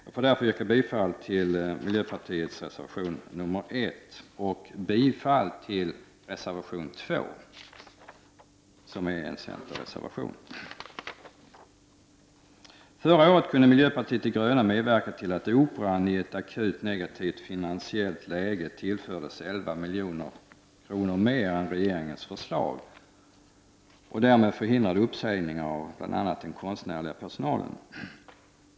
Jag får därför yrka bifall till miljöpartiets reservation 1 och till centerreservationen 2. Förra året kunde miljöpartiet de gröna medverka till att Operan i ett akut negativt finansiellt läge tillfördes 11 milj.kr. mer än regeringen föreslog, och därmed förhindrades uppsägningar av bl.a. den konstnärliga personalen.